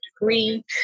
degree